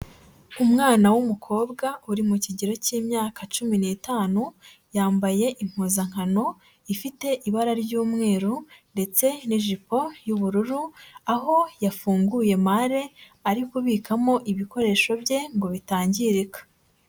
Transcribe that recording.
Umwana w'umukobwa uri mu kigero cy'imyaka cumi n'itanu yambaye impuzankano ifite ibara ry'umweru ndetse n'ijipo y'ubururu, aho yafunguye mare ari kubikamo ibikoresho bye ngo bitangirika.